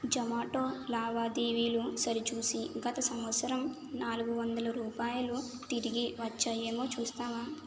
జొమాటో లావాదేవీలు సరిచూసి గత సంవత్సరం నాలుగు వందల రూపాయలు తిరిగి వచ్చాయేమో చూస్తావా